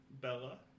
Bella